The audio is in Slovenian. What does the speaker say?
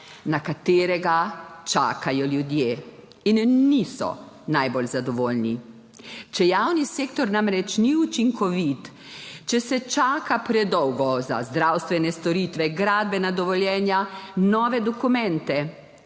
na katerega čakajo ljudje in niso najbolj zadovoljni, če javni sektor namreč ni učinkovit, če se čaka predolgo za zdravstvene storitve, gradbena dovoljenja, nove dokumente,